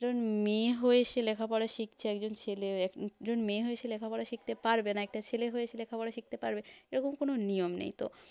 একজন মেয়ে হয়ে সে লেখাপড়া শিখছে একজন ছেলে একজন মেয়ে হয়ে সে লেখাপড়া শিখতে পারবে না একটা ছেলে হয়ে সে লেখাপড়া শিখতে পারবে এরকম কোনও নিয়ম নেই তো